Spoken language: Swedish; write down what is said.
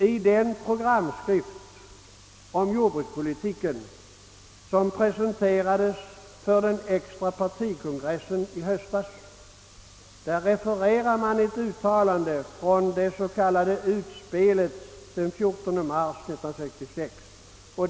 I den programskrift om jordbrukspolitiken som presenterades för den extra partikongressen i höstas refererar man ett uttalande från det s.k. utspelet den 14 mars 1966.